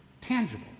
tangible